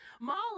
Molly